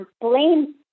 blame